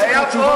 יש לי נאום,